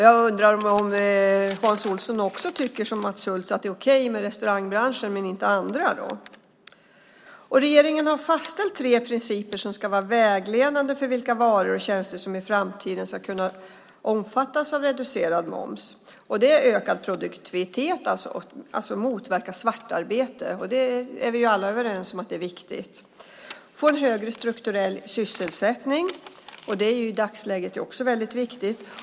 Jag undrar om Hans Olsson tycker som Mats Hulth, att det är okej med restaurangbranschen men inte med andra. Regeringen har fastställt tre principer som ska vara vägledande för vilka varor och tjänster som i framtiden ska kunna omfattas av reducerad moms. En är ökad produktivitet, alltså att motverka svartarbete. Det är vi ju alla överens om är viktigt. En annan är att få en högre strukturell sysselsättning. Det är ju också väldigt viktigt i dagsläget.